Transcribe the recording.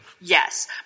yes